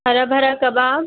हरा भरा कबाब